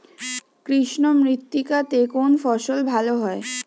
কৃষ্ণ মৃত্তিকা তে কোন ফসল ভালো হয়?